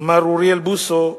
מר אוריאל בוסו,